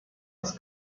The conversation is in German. das